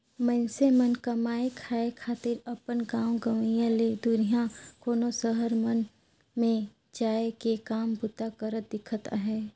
मइनसे मन कमाए खाए खातिर अपन गाँव गंवई ले दुरिहां कोनो सहर मन में जाए के काम बूता करत दिखत अहें